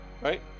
Right